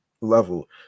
level